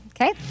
Okay